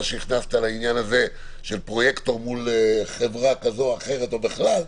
שהכנסת לנושא הזה של פרויקטור מול חברה כזו או אחרת הוא נכון,